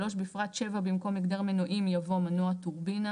(3) בפרט (7) במקום "הגדר מנועים" יבוא "מנוע טורבינה".